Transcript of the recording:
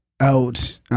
out